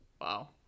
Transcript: Wow